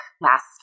last